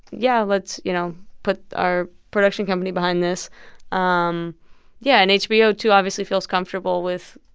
yeah, let's, you know, put our production company behind this um yeah. and hbo, too, obviously feels comfortable with,